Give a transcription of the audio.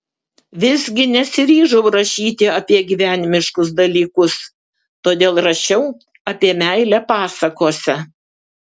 visgi nesiryžau rašyti apie gyvenimiškus dalykus todėl rašiau apie meilę pasakose